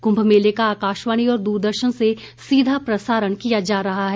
कुंभ मेले का आकाशवाणी और दूरदर्शन से सीधा प्रसारण किया जा रहा है